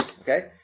okay